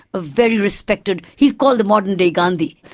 a very respected. he's called the modern day gandhi.